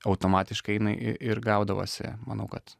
automatiškai jinai ir gaudavosi manau kad